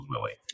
Willie